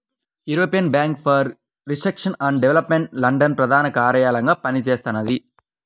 European bank for reconstruction and development London ప్రధాన కార్యాలయంగా పనిచేస్తున్నది